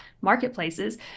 marketplaces